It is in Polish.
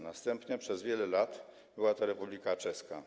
Następnym przez wiele lat była Republika Czeska.